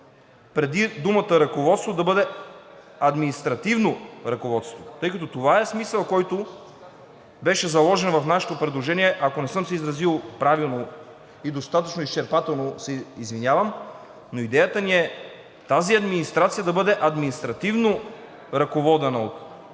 преди думата „ръководство“ – да бъде „административно ръководство“, тъй като това е смисълът, който беше заложен в нашето предложение. Ако не съм се изразил правилно и достатъчно изчерпателно, се извинявам, но идеята ни е тази администрация да бъде административно ръководена от